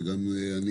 וגם אני